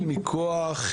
יתרה מכך,